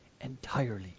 entirely